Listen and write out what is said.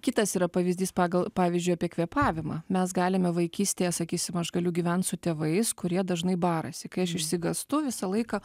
kitas yra pavyzdys pagal pavyzdžiui apie kvėpavimą mes galime vaikystėje sakysim aš galiu gyvent su tėvais kurie dažnai barasi kai aš išsigąstu visą laiką